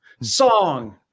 Song